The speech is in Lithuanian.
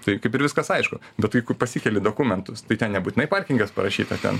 tai kaip ir viskas aišku bet jeiku pasikeli dokumentus tai nebūtinai parkingas parašyta ten